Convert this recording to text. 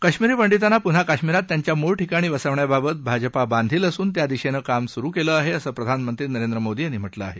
कश्मीरी पंडितांना पुन्हा कश्मीरात त्यांच्या मूळ ठिकाणी वसवण्याबाबत भाजपा बांधील असून त्या दिशेनं काम सुरु केलं आहे असं प्रधानमंत्री नरेंद्र मोदी यांनी म्हटलं आहे